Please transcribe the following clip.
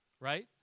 Right